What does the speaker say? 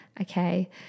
okay